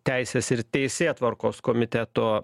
teisės ir teisėtvarkos komiteto